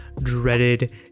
dreaded